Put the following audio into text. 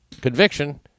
Conviction